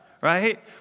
right